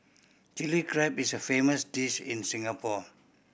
Chilli Crab is a famous dish in Singapore